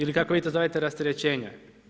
Ili kako vi to zovete rasterećenje.